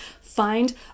find